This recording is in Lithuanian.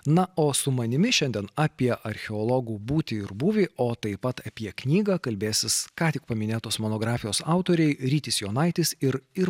na o su manimi šiandien apie archeologų būtį ir būvį o taip pat apie knygą kalbėsis ką tik paminėtos monografijos autoriai rytis jonaitis ir ir